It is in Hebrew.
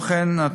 כמו כן,